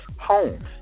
homes